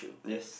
yes